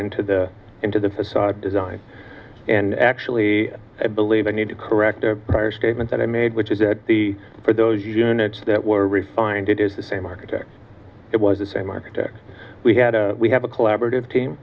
into the into the facade design and actually i believe i need to correct a prior statement that i made which is that the for those units that were refined it is the same architect it was the same architect we had we have a collaborative team